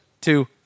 two